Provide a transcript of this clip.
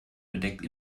bedeckt